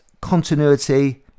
continuity